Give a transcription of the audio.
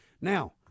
Now